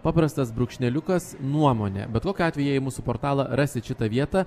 paprastas brūkšneliukas nuomonė bet kokiu atveju jei mūsų portalą rasit šitą vietą